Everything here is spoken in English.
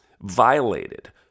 violated